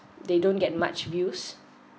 they don't get much views